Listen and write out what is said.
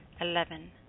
Eleven